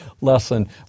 lesson